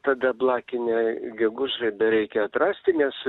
tada blakinę gegužraibę reikia atrasti nes